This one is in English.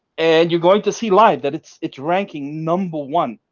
and you're going to see live that it's it's ranking number one,